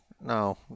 No